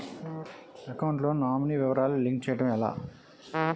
Account లో nominee వివరాలు link చేయటం ఎలా?